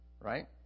right